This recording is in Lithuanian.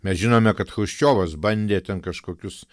mes žinome kad chruščiovas bandė ten kažkokius